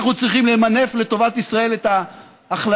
אנחנו צריכים למנף לטובת ישראל את ההחלטה,